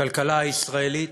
הכלכלה הישראלית